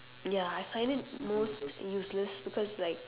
ya I find it most useless because like